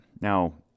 Now